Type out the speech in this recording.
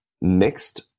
mixed